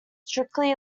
strictly